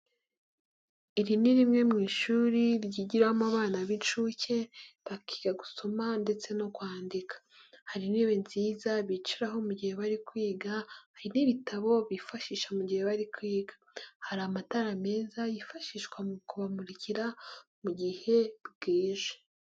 Iri ni rimwe mu ishuri ryigiramo abana b'inshuke bakiga gusoma ndetse no kwandika, hari intebe nziza bicaraho mu gihe bari kwiga hari n'ibitabo bifashisha mu gihe bari kwiga, hari amatara meza yifashishwa mu kubamurikira mu gihe bwije.